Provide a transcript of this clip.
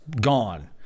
gone